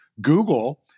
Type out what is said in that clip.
Google